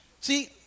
See